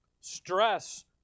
Stress